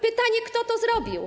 Pytanie, kto to zrobił.